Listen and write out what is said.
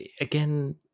Again